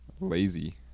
lazy